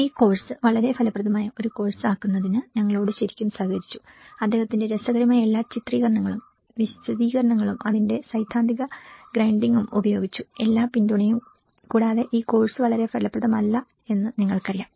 ഈ കോഴ്സ് വളരെ ഫലപ്രദമായ ഒരു കോഴ്സ് ആക്കുന്നതിന് ഞങ്ങളോട് ശരിക്കും സഹകരിച്ചുഅദ്ദേഹത്തിന്റെ രസകരമായ എല്ലാ ചിത്രീകരണങ്ങളും വിശദീകരണങ്ങളും അതിന്റെ സൈദ്ധാന്തിക ഗ്രൈൻഡിംഗും ഉപയോഗിച്ചു എല്ലാ പിന്തുണയും കൂടാതെ ഈ കോഴ്സ് വളരെ ഫലപ്രദമല്ല എന്ന് നിങ്ങൾക്കറിയാം